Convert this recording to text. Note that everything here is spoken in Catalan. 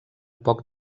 poc